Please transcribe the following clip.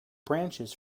branches